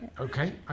Okay